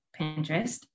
Pinterest